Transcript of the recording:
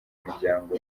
umuryango